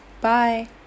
Bye